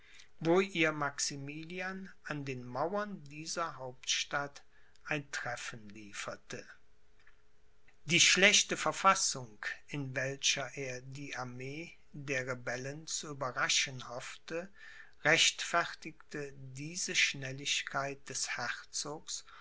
wo ihr maximilian an den mauern dieser hauptstadt ein treffen lieferte die schlechte verfassung in welcher er die armee der rebellen zu überraschen hoffte rechtfertigte diese schnelligkeit des herzogs